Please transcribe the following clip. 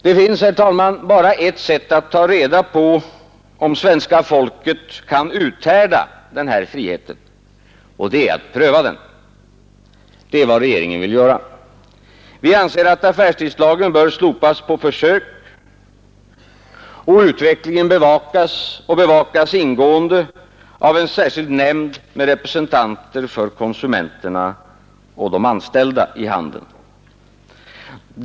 Det finns, herr talman, bara ett sätt att ta reda på om svenska folket kan uthärda den här friheten — att pröva den. Det är vad regeringen vill göra. Vi anser att affärstidslagen bör slopas på försök och utvecklingen bevakas ingående av en särskild nämnd med representanter för konsumenterna och de anställda inom handeln.